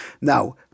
Now